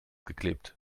geklebt